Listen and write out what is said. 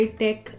tech